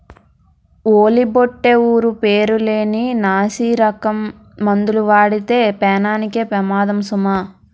ఓలి బొట్టే ఊరు పేరు లేని నాసిరకం మందులు వాడితే పేనానికే పెమాదము సుమా